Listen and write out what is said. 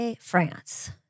France